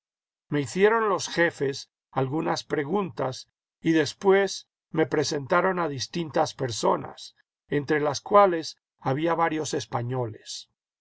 ivie hicieron los jefes algunas preguntas y después me presentaron a distintas personas entre las cuales había varios españoles